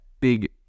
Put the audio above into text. big